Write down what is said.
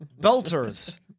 Belters-